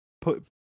put